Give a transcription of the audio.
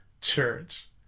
church